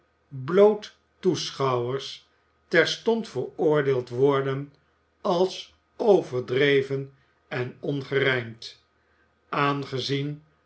bloot toeschouwers terstond veroordeeld worden als overdreven en ongerijmd aangezien